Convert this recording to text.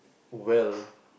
well